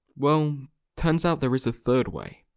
well turns out there is a third way.